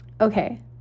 Okay